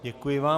Děkuji vám.